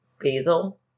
Basil